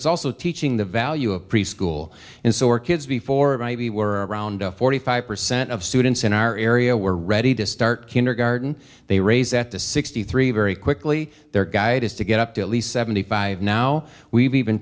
it's also teaching the value of preschool and so are kids before we were around forty five percent of students in our area were ready to start kindergarten they raise that to sixty three very quickly their guide is to get up to at least seventy five now we've even